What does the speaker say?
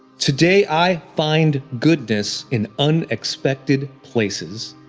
today, i find goodness in unexpected places.